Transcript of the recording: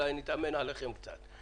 אולי נתאמן עליכם קצת...